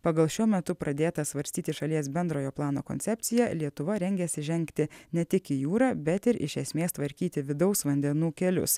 pagal šiuo metu pradėta svarstyti šalies bendrojo plano koncepciją lietuva rengiasi žengti ne tik į jūrą bet ir iš esmės tvarkyti vidaus vandenų kelius